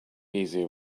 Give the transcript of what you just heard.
easier